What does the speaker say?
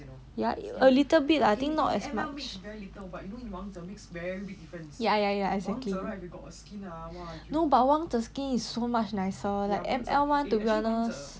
a little bit lah not that much ya ya ya exactly no but wangzhe skin is so much nicer like M_L want to be honest